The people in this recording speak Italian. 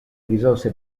risorse